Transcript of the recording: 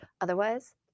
Otherwise